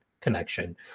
connection